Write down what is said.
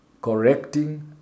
correcting